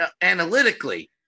analytically